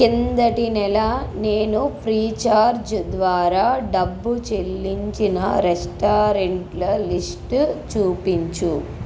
క్రిందటి నెల నేను ఫ్రీచార్జ్ ద్వారా డబ్బు చెల్లించిన రెస్టారెంట్ల లిస్టు చూపించు